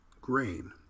grain